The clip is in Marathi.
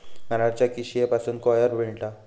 नारळाच्या किशीयेपासून कॉयर मिळता